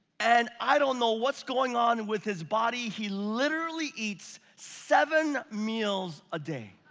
and i don't know what's going on with his body. he literally eats seven meals a day.